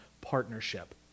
partnership